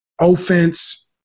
offense